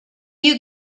you